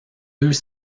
deux